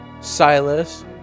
Silas